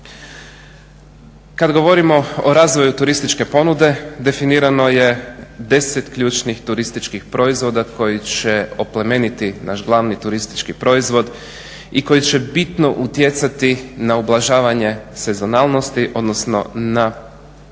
Kad govorimo o razvoju turističke ponude definirano je 10 ključnih turističkih proizvoda koji će oplemeniti naš glavni turistički proizvod i koji će bitno utjecati na ublažavanje sezonalnosti, odnosno na povećanje